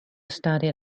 studied